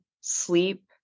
sleep